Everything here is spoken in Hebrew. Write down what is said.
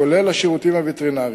כולל השירותים הווטרינריים.